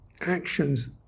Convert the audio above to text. actions